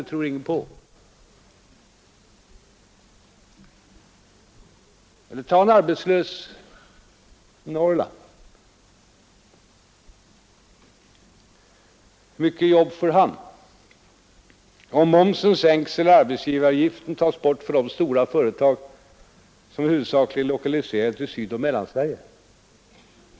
Eller ta en arbetslös i Norrland! Hur mycket jobb får han, om momsen sänktes eller arbetsgivaravgiften tas bort för de stora företag som i huvudsak är lokaliserade till Sydoch Mellansverige?